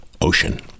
ocean